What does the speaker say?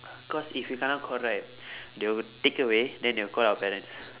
cause if you kena caught right they will take away then they'll call our parents